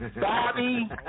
Bobby